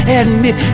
admit